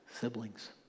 siblings